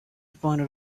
pointed